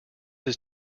his